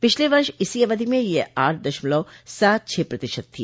पिछले वर्ष इसी अवधि में यह आठ दशमलव सात छह प्रतिशत थी